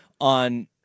On